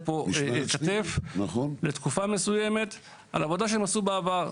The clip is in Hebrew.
כתף לתקופה מסוימת לעבודה שהם עשו בעבר,